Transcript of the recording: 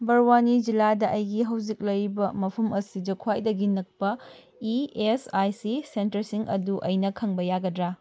ꯕꯔꯋꯥꯅꯤ ꯖꯤꯜꯂꯥꯗ ꯑꯩꯒꯤ ꯍꯧꯖꯤꯛ ꯂꯩꯔꯤꯕ ꯃꯐꯝ ꯑꯁꯤꯗ ꯈ꯭ꯋꯥꯏꯗꯒꯤ ꯅꯛꯄ ꯏ ꯑꯦꯁ ꯑꯥꯏ ꯁꯤ ꯁꯦꯟꯇꯔꯁꯤꯡ ꯑꯗꯨ ꯑꯩꯅ ꯈꯪꯕ ꯌꯥꯒꯗ꯭ꯔꯥ